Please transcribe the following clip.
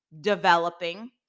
developing